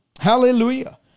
Hallelujah